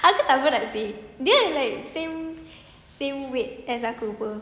aku tak berat seh dia like same same weight as aku [pe]